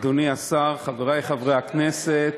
אדוני השר, חברי חברי הכנסת,